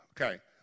Okay